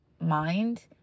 mind